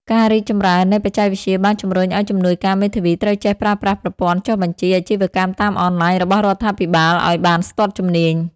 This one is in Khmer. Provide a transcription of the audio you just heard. ការរីកចម្រើននៃបច្ចេកវិទ្យាបានជំរុញឱ្យជំនួយការមេធាវីត្រូវចេះប្រើប្រាស់ប្រព័ន្ធចុះបញ្ជីអាជីវកម្មតាមអនឡាញរបស់រដ្ឋាភិបាលឱ្យបានស្ទាត់ជំនាញ។